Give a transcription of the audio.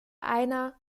einer